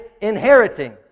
inheriting